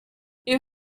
you